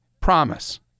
Promise